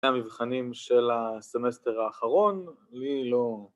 ‫בני המבחנים של הסמסטר האחרון, ‫לי לא.